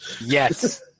Yes